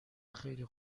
خیلی